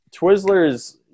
Twizzlers